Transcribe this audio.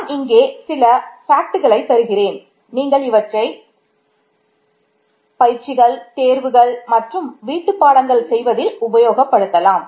நான் இங்கு சில உண்மைகளை தருகிறேன் நீங்கள் இவற்றை பயிற்சிகள் தேர்வுகள் மற்றும் வீட்டுப்பாடங்கள் செய்வதில் உபயோகப்படுத்தலாம்